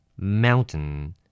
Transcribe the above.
Mountain